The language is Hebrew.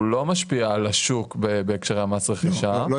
הוא לא משפיע על השוק בהקשרי מס הרכישה --- לא,